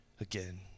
again